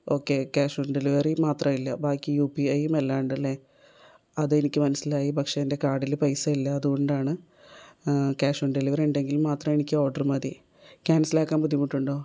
okay cash on delivery മാത്രമില്ല ബാക്കി U P I എല്ലാമുണ്ടല്ലേ അതെനിക്ക് മനസ്സിലായി പക്ഷേ എൻ്റെ കാർഡിൽ പൈസ ഇല്ല അതുകൊണ്ടാണ് ക്യാഷ് ഓൺ ഡെലിവറി ഉണ്ടെങ്കിൽ മാത്രമേ എനിക്ക് ഓർഡർ മതി ക്യാൻസലാക്കാൻ ബുദ്ധിമുട്ടുണ്ടോ